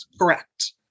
Correct